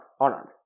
unarmed